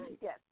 Yes